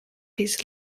his